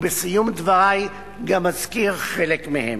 ובסיום דברי גם אזכיר חלק מהם.